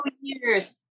years